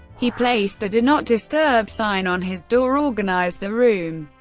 he placed a do not disturb sign on his door, organized the room,